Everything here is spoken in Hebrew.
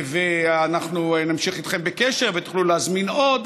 ואנחנו נמשיך איתכם בקשר ותוכלו להזמין עוד,